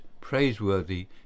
praiseworthy